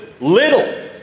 little